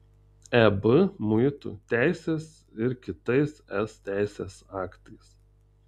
eb muitų teisės ir kitais es teisės aktais